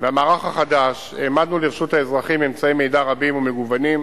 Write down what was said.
והמערך החדש העמדנו לרשות האזרחים אמצעי מידע רבים ומגוונים,